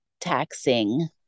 taxing